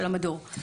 של המדור.